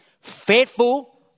Faithful